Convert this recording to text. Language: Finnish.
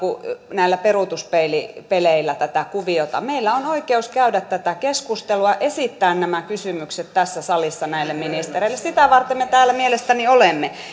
näillä peruutuspeilipeleillä tätä kuviota meillä on oikeus käydä tätä keskustelua esittää nämä kysymykset tässä salissa näille ministereille sitä varten me täällä mielestäni olemme